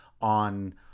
on